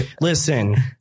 Listen